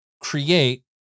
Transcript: create